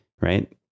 right